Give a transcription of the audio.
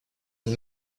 and